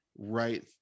right